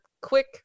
quick